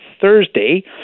Thursday